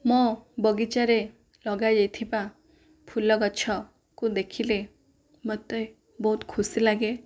ମୋ ବଗିଚାରେ ଲଗାଯାଇଥିବା ଫୁଲ ଗଛକୁ ଦେଖିଲେ ମତେ ବହୁତ ଖୁସି ଲାଗେ